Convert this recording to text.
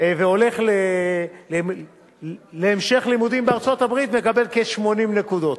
והולך להמשך לימודים בארצות-הברית מקבל כ-80 נקודות.